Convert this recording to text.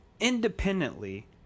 Independently